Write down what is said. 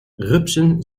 rupsen